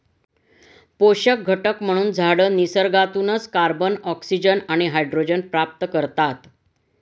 पोषक घटक म्हणून झाडं निसर्गातूनच कार्बन, ऑक्सिजन आणि हायड्रोजन प्राप्त करतात